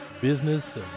business